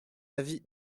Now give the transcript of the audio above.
avis